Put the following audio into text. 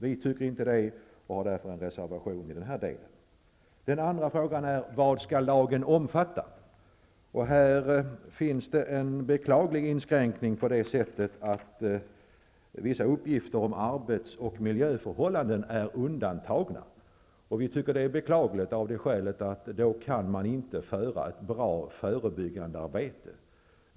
Vi tycker inte det och har därför avgett en reservation i den här delen. När det gäller arbets och miljöförhållanden finns det en beklaglig inskränkning genom att vissa uppgifter är undantagna. Vi tycker att det är beklagligt av det skälet att man då inte kan utföra ett bra förebyggande arbete.